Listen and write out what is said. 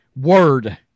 word